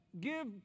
give